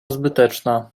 zbyteczna